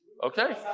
Okay